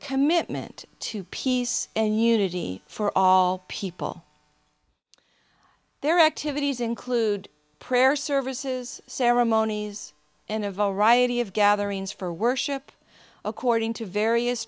commitment to peace and unity for all people their activities include prayer services ceremonies and of all righty of gatherings for worship according to various